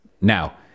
now